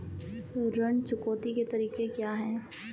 ऋण चुकौती के तरीके क्या हैं?